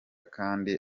kandi